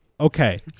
Okay